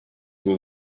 will